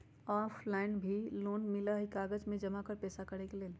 Offline भी loan मिलहई bank में कागज जमाकर पेशा करेके लेल?